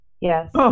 Yes